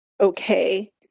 okay